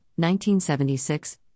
1976